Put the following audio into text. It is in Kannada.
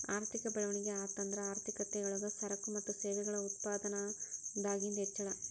ಆರ್ಥಿಕ ಬೆಳವಣಿಗೆ ಅಂತಂದ್ರ ಆರ್ಥಿಕತೆ ಯೊಳಗ ಸರಕು ಮತ್ತ ಸೇವೆಗಳ ಉತ್ಪಾದನದಾಗಿಂದ್ ಹೆಚ್ಚಳ